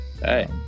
Hey